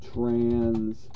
Trans